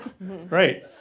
right